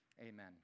Amen